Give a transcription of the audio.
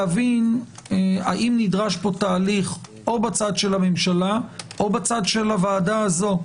להבין אם נדרש פה תהליך או בממשלה או בצד של הוועדה הזו,